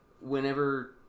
whenever